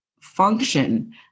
function